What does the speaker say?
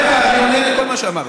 רגע, אני עונה לכל מה שאמרת.